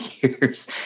years